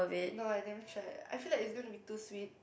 no I never try I feel like it's going to be too sweet